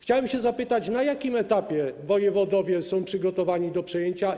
Chciałem się zapytać: Na jakim etapie wojewodowie są przygotowani do przejęcia?